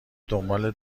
دنبال